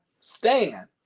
stand